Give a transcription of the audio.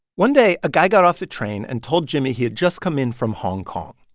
one day, a guy got off the train and told jimmy he had just come in from hong kong.